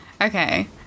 Okay